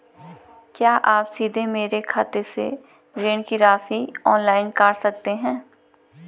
क्या आप सीधे मेरे खाते से ऋण की राशि ऑनलाइन काट सकते हैं?